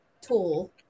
tool